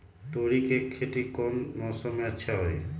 तोड़ी के खेती कौन मौसम में अच्छा होई?